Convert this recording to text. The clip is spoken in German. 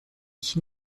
ich